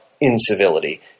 Incivility